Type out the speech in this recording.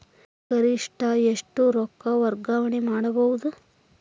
ಗರಿಷ್ಠ ಎಷ್ಟು ರೊಕ್ಕ ವರ್ಗಾವಣೆ ಮಾಡಬಹುದು?